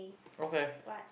okay